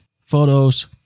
photos